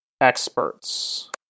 experts